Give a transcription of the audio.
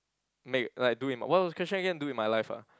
make like do in my what was the question again do in my life ah